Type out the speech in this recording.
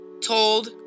told